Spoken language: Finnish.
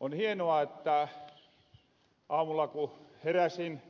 on hienoa aamulla ku heräsin